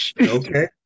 Okay